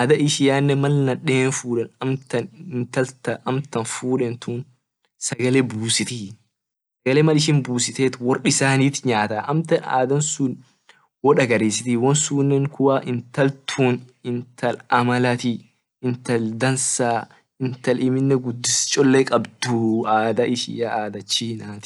adha ishiane mal naden fut intal ta amtan fudentun sagale busitii sagale mal ishin busitet wor isanit nyataa amtan adhan sun wodagarisitii won sun intal tun intal amatii intal dansa intal amine gudis cholle kabduu adha ishia adha china.